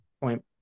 point